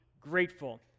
grateful